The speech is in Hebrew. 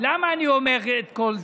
למה אני אומר את כל זה?